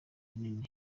bunini